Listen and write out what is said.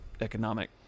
economic